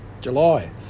July